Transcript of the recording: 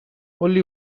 only